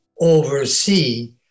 oversee